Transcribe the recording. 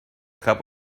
cup